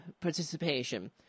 participation